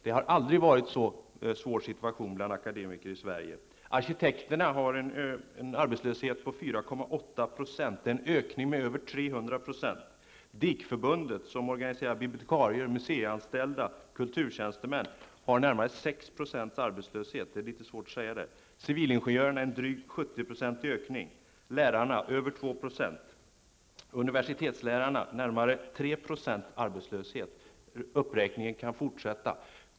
Det har aldrig tidigare varit så svår situation bland akademiker i Sverige. Arkitekterna har en arbetslöshet på 4,8 %. Det är en ökning med över 300 %. DIK-förbundet, som organiserar bibliotekarier, museianställda, kulturtjänstemän, redovisar närmare 6 % arbetslöshet. För civilingenjörer är ökningen drygt 70 %. För lärare är arbetslösheten över 2 % och för universitetslärare 3 %. Uppräkningen kan fortsätta.